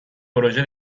پروژه